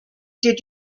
did